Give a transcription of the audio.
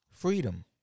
freedom